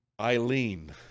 Eileen